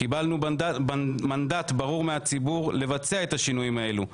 קיבלנו מנדט ברור מהציבור לבצע את השינויים האלו.